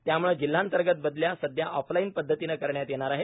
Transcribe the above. त्यामुळे जिल्हांतर्गत बदल्या सध्या अॅफलाईन पद्धतीने करण्यात येणार आहेत